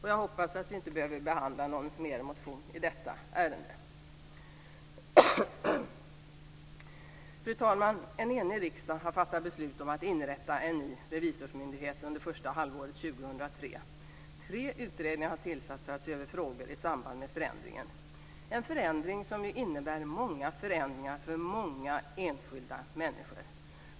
Jag hoppas att vi inte behöver behandla någon mer motion i detta ärende. Fru talman! En enig riksdag har fattat beslut om att inrätta en ny revisionsmyndighet under första halvåret 2003. Tre utredningar har tillsatts för att se över frågor i samband med förändringen, som innebär många omställningar för många enskilda människor.